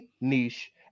niche